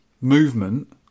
movement